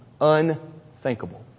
Unthinkable